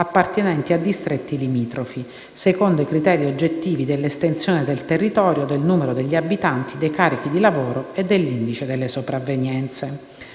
appartenenti a distretti limitrofi, secondo i criteri oggettivi dell'estensione del territorio, del numero degli abitanti, dei carichi di lavoro e dell'indice delle sopravvenienze.